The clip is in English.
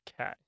Okay